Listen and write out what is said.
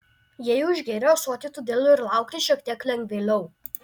jie jau išgėrę ąsotį todėl ir laukti šiek tiek lengvėliau